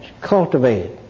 cultivate